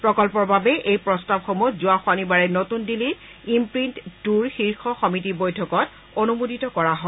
প্ৰকল্পৰ বাবে এই প্ৰস্তাৱসমূহ যোৱা শনিবাৰে নতুন দিল্লীত ইম্প্ৰীণ্ট টূৰ শীৰ্ষ সমিতিৰ বৈঠকত অনুমোদিত কৰা হয়